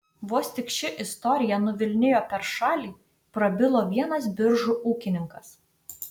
vos tik ši istorija nuvilnijo per šalį prabilo vienas biržų ūkininkas